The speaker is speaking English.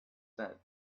said